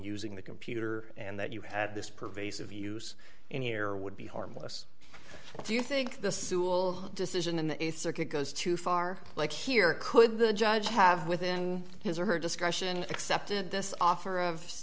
using the computer and that you had this pervasive use in here would be harmless do you think the soula decision in the th circuit goes too far like here could the judge have within his or her discretion accepted this offer of